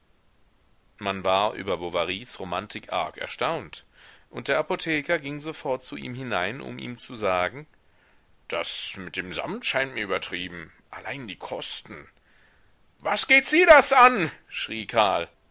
man war über bovarys romantik arg erstaunt und der apotheker ging sofort zu ihm hinein um ihm zu sagen das mit dem samt scheint mir übertrieben allein die kosten was geht sie das an schrie karl